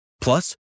Plus